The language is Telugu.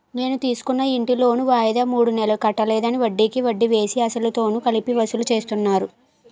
నేను తీసుకున్న ఇంటి లోను వాయిదా మూడు నెలలు కట్టలేదని, వడ్డికి వడ్డీ వేసి, అసలుతో కలిపి వసూలు చేస్తున్నారు